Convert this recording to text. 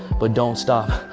but don't stop.